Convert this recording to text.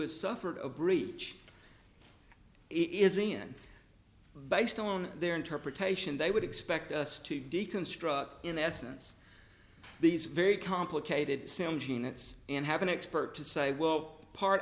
has suffered a breach is in based on their interpretation they would expect us to deconstruct in essence these are very complicated same genus and have an expert to say well part